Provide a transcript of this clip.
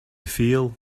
feel